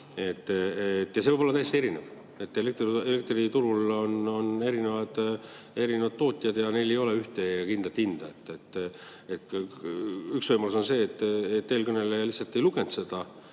See võib olla täiesti erinev. Elektriturul on erinevad tootjad ja neil ei ole ühte kindlat hinda. Üks võimalus on see, et eelkõneleja lihtsalt ei lugenud seda